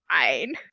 fine